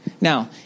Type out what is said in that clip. Now